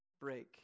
break